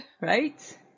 Right